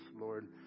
Lord